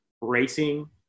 racing